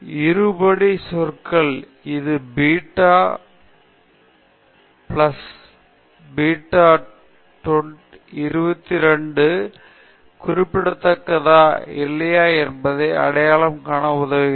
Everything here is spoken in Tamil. இருபடி சொற்கள் அது பீட்டா 11 பிளஸ் பீட்டா 22 குறிப்பிடத்தக்கதா இல்லையா என்பதை அடையாளம் காண உதவுகிறது